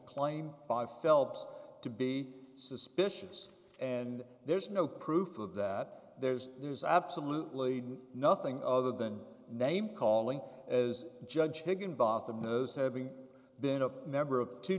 claim by phelps to be suspicious and there's no proof of that there's there's absolutely nothing other than name calling as judge higginbotham is having been a member of two